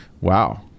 Wow